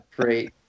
great